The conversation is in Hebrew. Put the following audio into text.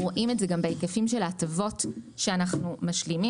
אנחנו רואים את זה גם בהיקפים של ההטבות שאנחנו משלימים.